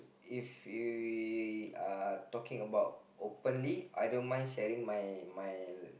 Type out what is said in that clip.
if we uh talking about openly I don't mind sharing my my